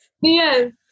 Yes